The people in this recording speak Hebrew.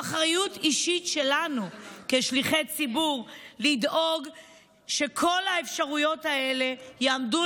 אחריות אישית שלנו כשליחי ציבור לדאוג שכל האפשרויות האלה יעמדו,